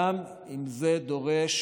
גם אם זה דורש